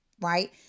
right